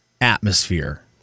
atmosphere